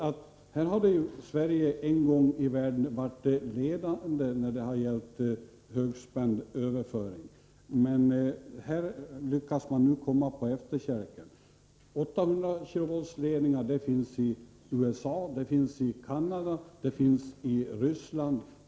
Sverige har ju en gång i världen varit ledande när det gällt högspänningsöverföring, men här lyckas man nu komma på efterkälken. Ledningar på 800 kV finns i USA, Canada och Ryssland.